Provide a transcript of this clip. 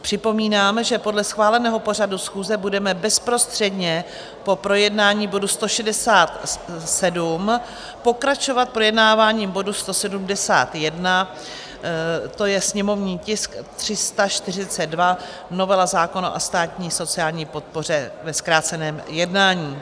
Připomínám, že podle schváleného pořadu schůze budeme bezprostředně po projednání bodu 167 pokračovat projednáváním bodu 171, to je sněmovní tisk 342, novela zákona o státní sociální podpoře ve zkráceném jednání.